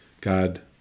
God